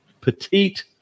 petite